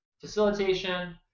facilitation